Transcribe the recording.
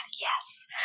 yes